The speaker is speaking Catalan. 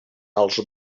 els